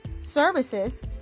Services